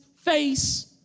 face